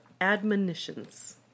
admonitions